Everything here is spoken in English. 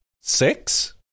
Six